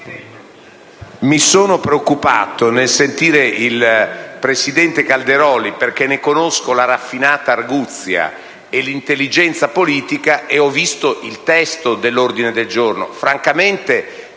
mi sono preoccupato nell'ascoltare il presidente Calderoli, perché ne conosco la raffinata arguzia e l'intelligenza politica e ho visto il testo dell'ordine del giorno